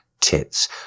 tits